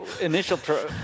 initial